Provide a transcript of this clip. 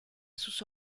sus